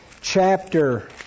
chapter